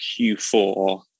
Q4